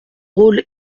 rôle